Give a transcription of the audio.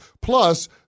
Plus